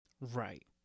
Right